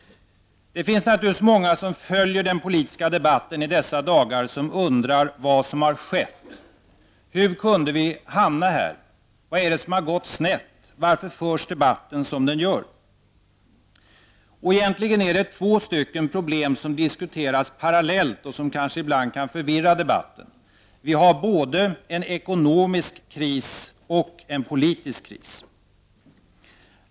Många som följer den politiska debatten i dessa dagar undrar naturligtvis vad som har skett. Hur kunde vi hamna här? Vad är det som har gått snett? Varför förs debatten så som den förs? Egentligen är det två problem som diskuteras parallellt och som kanske ibland kan förvirra debatten. Vi har både en ekonomisk kris och en politisk kris.